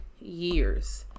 years